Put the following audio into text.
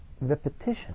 repetition